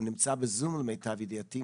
הוא נמצא בזום למיטב ידיעתי,